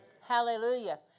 Hallelujah